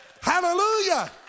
Hallelujah